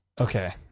Okay